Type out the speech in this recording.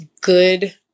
good